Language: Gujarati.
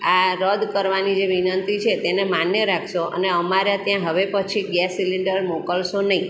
આ રદ કરવાની જે વિનંતી છે તેને માન્ય રાખશો અને અમારા ત્યાં હવે પછી ગેસ સિલિન્ડર મોકલશો નહીં